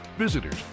visitors